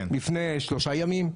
לפני שלושה ימים.